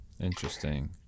interesting